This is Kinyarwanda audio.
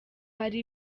hari